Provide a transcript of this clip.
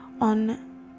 on